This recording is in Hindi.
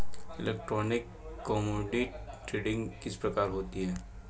इलेक्ट्रॉनिक कोमोडिटी ट्रेडिंग किस प्रकार होती है?